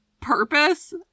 purpose